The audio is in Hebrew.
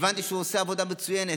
שהבנתי שהוא עושה עבודה מצוינת,